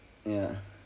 ya